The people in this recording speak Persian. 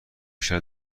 بیشتر